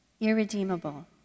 irredeemable